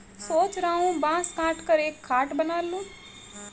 सोच रहा हूं बांस काटकर एक खाट बना लूं